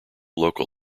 local